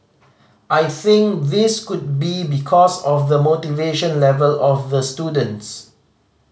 I think this could be because of the motivation level of the students